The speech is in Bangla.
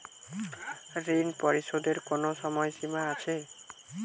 ঋণ পরিশোধের কোনো সময় সীমা আছে?